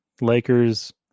Lakers